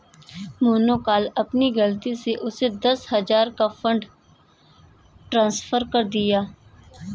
मैंने कल अपनी गलती से उसे दस हजार रुपया का फ़ंड ट्रांस्फर कर दिया